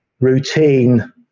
routine